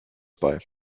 bei